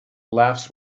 laughs